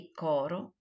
coro